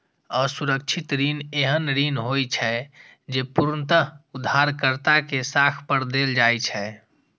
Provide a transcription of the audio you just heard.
असुरक्षित ऋण एहन ऋण होइ छै, जे पूर्णतः उधारकर्ता के साख पर देल जाइ छै